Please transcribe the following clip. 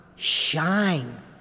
Shine